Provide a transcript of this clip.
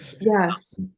yes